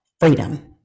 freedom